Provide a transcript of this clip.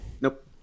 nope